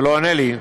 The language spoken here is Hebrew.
הוא לא עונה לי.